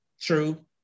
True